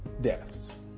deaths